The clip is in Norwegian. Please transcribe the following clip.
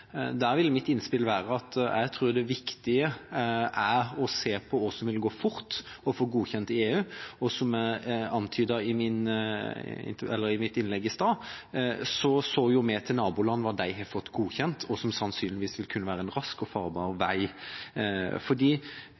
Der vil mitt innspill være at jeg tror det viktige er å se på hva som vil gå fort å få godkjent i EU, og som jeg antydet i mitt innlegg i stad, ser vi til nabolandene hva de har fått godkjent, og hva som sannsynligvis vil kunne være en rask og farbar vei.